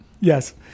Yes